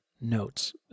notes